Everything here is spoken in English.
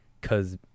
cause